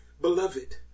beloved